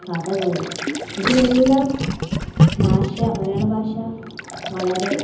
കഥകളി ഇതിലെല്ലാം ഭാഷ മലയാള ഭാഷ വളരെ